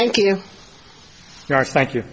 thank you thank you